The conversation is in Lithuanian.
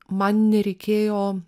man nereikėjo